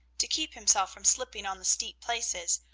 to keep himself from slipping on the steep places,